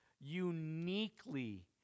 uniquely